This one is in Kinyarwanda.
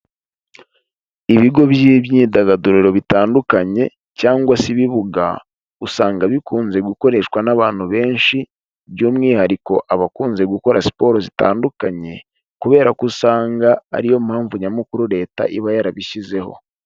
Ibigo by'imyidagaduro bitandukanye cyangwa se ibibuga, usanga bikunze gukoreshwa n'abantu benshi, by'umwihariko abakunze gukora siporo zitandukanye kubera ko usanga ariyo mpamvu nyamukuru leta iba yarabishyizeho.